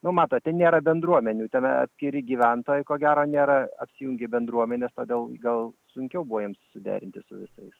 nu matot ten nėra bendruomenių ten atskiri gyventojai ko gero nėra apsijungę į bendruomenes todėl gal sunkiau buvo jiems suderinti su visais